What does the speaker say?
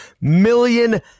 million